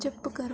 jump करो